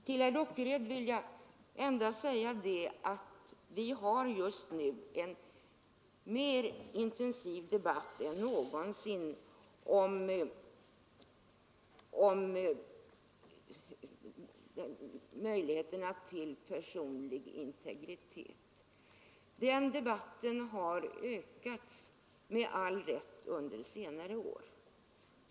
Till herr Dockered vill jag endast säga att vi har just nu en mer intensiv debatt än någonsin om möjligheterna till personlig integritet. Den debatten har, med all rätt, intensifierats under senare år.